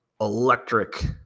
electric